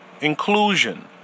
Inclusion